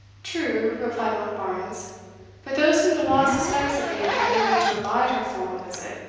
true, replied monkbarns but those whom the law suspects of being unwilling to abide her formal visit,